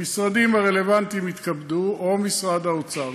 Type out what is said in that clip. המשרדים הרלוונטיים יתכבדו, או משרד האוצר.